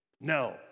No